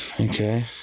Okay